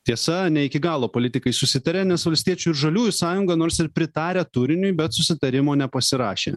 tiesa ne iki galo politikai susitarė nes valstiečių ir žaliųjų sąjunga nors ir pritarę turiniui bet susitarimo nepasirašė